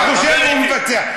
אתה חושב והוא מבצע.